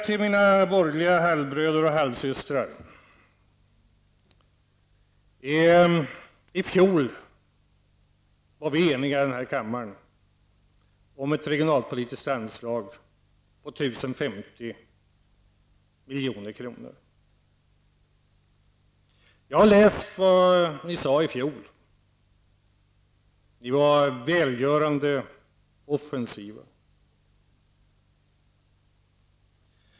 Till mina borgerliga halvbröder och halvsystrar vill jag säga: I fjol var vi här i kammaren eniga om ett regionalpolitiskt anslag på 1 050 miljoner. Jag har läst vad ni sade i fjol. Ni var välgörande offensiva.